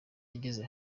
yageze